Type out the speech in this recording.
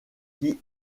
qui